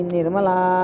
Nirmala